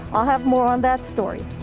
i'll have more on that story.